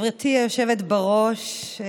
גברתי היושבת-ראש,